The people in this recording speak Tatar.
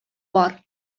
бар